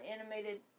animated